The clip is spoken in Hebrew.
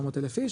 900 אלף איש,